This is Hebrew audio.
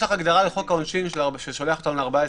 יש הגדרה בחוק העונשים ששולחת לקנס הזה.